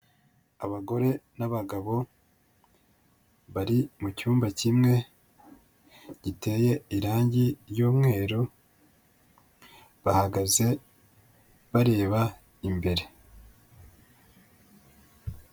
Abagore n'abagabo bari mu cyumba kimwe giteye irangi ry'umweru, bahagaze bareba imbere.